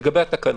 לגבי התקנות,